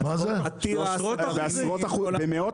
במאות